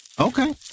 Okay